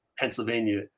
Pennsylvania